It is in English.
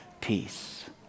peace